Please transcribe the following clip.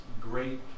great